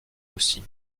aussi